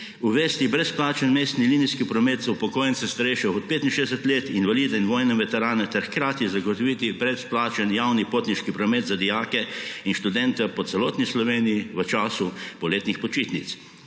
uvesti brezplačen mestni linijski promet za upokojence, starejše od 65 let, invalide in vojne veterane ter hkrati zagotoviti brezplačen javni potniški promet za dijake in študente po celotni Sloveniji v času poletnih počitnic.